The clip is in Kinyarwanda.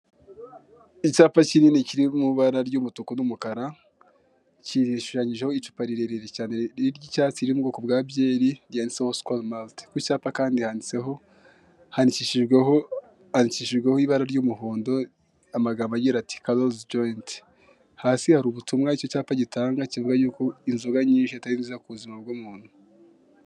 Icyapa kinini kiri mu ibara ry'umutuku n'umukara gishushanyijeho icupa rirerire cyane ry'icyatsi ,riri mu bwoko bwa byeri ryanditseho skol mart ,ku cyapa kandi handitseho handikishijweho, ibara ry'umuhondo amagambo agira ati CAROL'S JOINT , hasi hari ubutumwa icyo cyapa gitanga, kivuga y'uko inzoga nyinshi atari nziza ku buzima bw'umuntu.